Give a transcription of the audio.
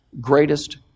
greatest